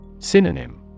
Synonym